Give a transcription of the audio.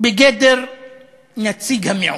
בגדר נציג המיעוט.